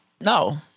No